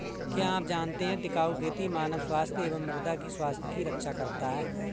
क्या आप जानते है टिकाऊ खेती मानव स्वास्थ्य एवं मृदा की स्वास्थ्य की रक्षा करता हैं?